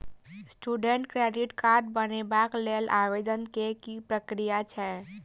Student credit card बनेबाक लेल आवेदन केँ की प्रक्रिया छै?